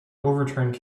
overturned